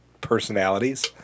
personalities